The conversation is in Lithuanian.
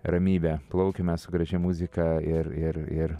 ramybė plaukiame gražia muzika ir ir ir